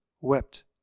wept